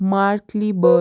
Markleysburg